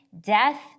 death